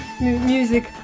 music